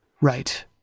Right